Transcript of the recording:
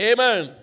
Amen